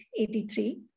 83